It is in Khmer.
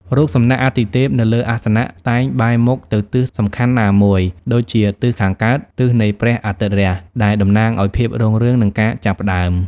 រូបសំណាកអាទិទេពនៅលើអាសនៈតែងបែរមុខទៅទិសសំខាន់ណាមួយ ដូចជាទិសខាងកើត (ទិសនៃព្រះអាទិត្យរះ) ដែលតំណាងឱ្យភាពរុងរឿង និងការចាប់ផ្ដើម។